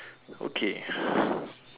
okay